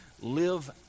live